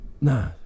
Nah